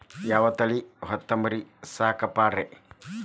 ಯಾವ ತಳಿ ಹೊತಮರಿ ಸಾಕಾಕ ಪಾಡ್ರೇ?